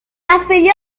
afilió